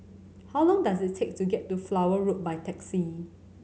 how long does it take to get to Flower Road by taxi